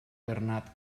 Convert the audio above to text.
bernat